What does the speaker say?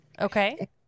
Okay